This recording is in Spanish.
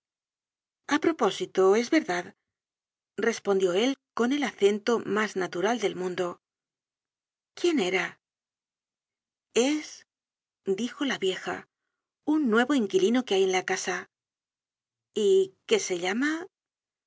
a propósito es verdad respondió él con el acento mas natural del mundo quién era content from google book search generated at es dijo la vieja un nuevo inquilino que hay en la casa y que se llama